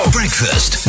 Breakfast